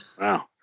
Wow